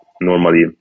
normally